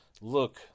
Look